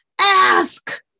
ask